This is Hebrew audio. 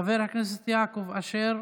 חבר הכנסת יעקב אשר,